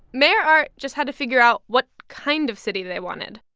mayor art just had to figure out what kind of city they wanted.